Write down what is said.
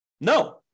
No